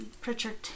Pritchard